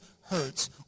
hurts